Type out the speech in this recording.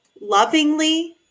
lovingly